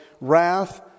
wrath